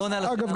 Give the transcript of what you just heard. אגב,